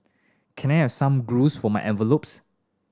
can I have some glues for my envelopes